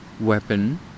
weapon